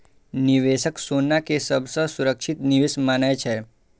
निवेशक सोना कें सबसं सुरक्षित निवेश मानै छै